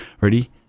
Ready